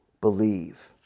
believe